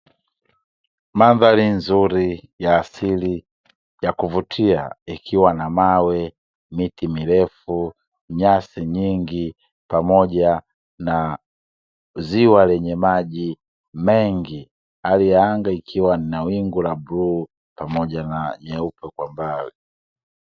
Mandhari nzuri ya asili ya kuvutia, ikiwa na mawe, miti mirefu, nyasi nyingi pamoja na ziwa lenye maji mengi. Hali ya anga ikiwa na wingu la bluu pamoja na nyeupe kwa mbali.